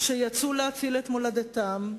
שיצאו להציל את מולדתם,